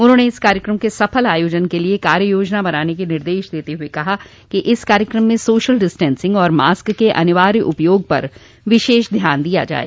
उन्होंने इस कार्यक्रम के सफल आयोजन के लिये कार्य योजना बनाने के निर्देश देते हुए कहा कि इस कार्यक्रम में सोशल डिस्टेंसिंग तथा मास्क के अनिवार्य उपयोग पर विशेष ध्यान दिया जाये